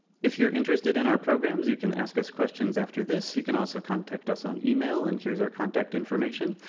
if you're interested in our programs you can ask us questions after this. you can also contact us on e-mail and here's our contact information.